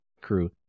crew